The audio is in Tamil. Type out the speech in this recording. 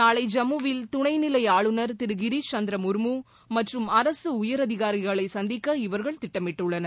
நாளை ஜம்முவில் துணைநிலை ஆளுநர் திரு கிரிஷ் சந்திரா முர்மு மற்றும் அரசு உயரதிகாரிகளை சந்திக்க இவர்கள் திட்டமிட்டுள்ளனர்